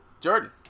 jordan